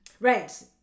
Right